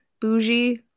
bougie